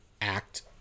act